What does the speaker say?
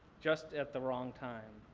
just at the wrong time.